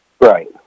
Right